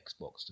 Xbox